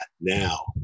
now